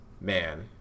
man